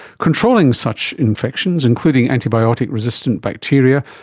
controlling such infections, including antibiotic resistant bacteria,